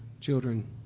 children